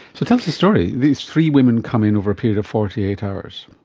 so tell us the story. these three women come in over a period of forty eight hours.